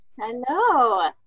Hello